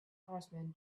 horseman